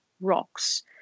rocks